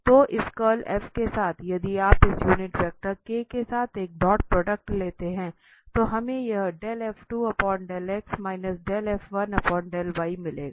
तो इस कर्ल के साथ यदि आप इस यूनिट वेक्टर के साथ एक डॉट प्रोडक्ट डालते हैं तो हमें यह मिलेगा